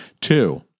Two